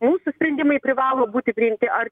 mūsų sprendimai privalo būti priimti ar